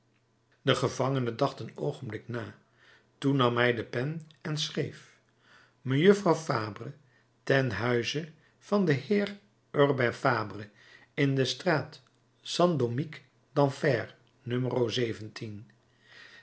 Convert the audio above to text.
de gevangene dacht een oogenblik na toen nam hij de pen en schreef mejuffrouw fabre ten huize van den heer urbain fabre in de straat st dominique